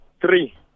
Three